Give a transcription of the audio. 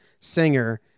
singer